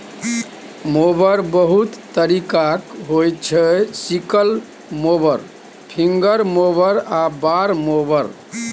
mower बहुत तरीकाक होइ छै सिकल मोबर, फिंगर मोबर आ बार मोबर